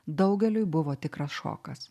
daugeliui buvo tikras šokas